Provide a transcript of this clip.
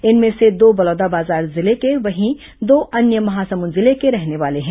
इनमें से दो बलौदाबाजार जिले के वहीं दो अन्य महासमुंद जिले के रहने वाले हैं